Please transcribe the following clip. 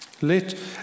Let